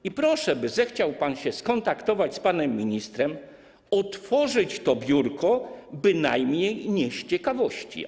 I proszę, by zechciał pan się skontaktować z panem ministrem, otworzyć to biurko, bynajmniej nie z ciekawości.